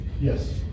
Yes